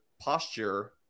posture